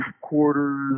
quarters